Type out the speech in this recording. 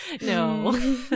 no